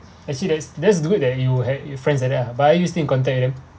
actually that's that's good that you had you friends like that ah but are you still in contact with them